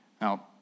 Now